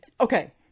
Okay